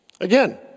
Again